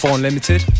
Unlimited